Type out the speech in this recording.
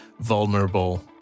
vulnerable